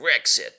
Brexit